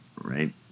right